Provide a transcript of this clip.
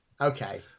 Okay